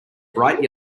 bright